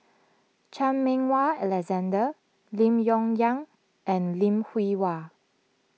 Chan Meng Wah Alexander Lim Yong Liang and Lim Hwee Hua